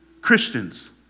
Christians